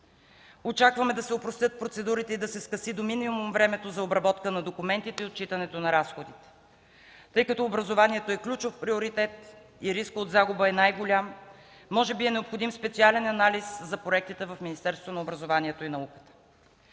Очакваме да се опростят процедурите и да се скъси до минимум времето за обработка на документите и отчитането на разходите. Тъй като образованието е ключов приоритет и рискът от загуба е най-голям, може би е необходим специален анализ за проектите в Министерство на образованието и науката.